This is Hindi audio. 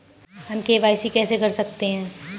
हम के.वाई.सी कैसे कर सकते हैं?